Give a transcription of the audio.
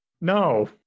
no